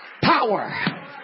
power